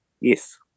Yes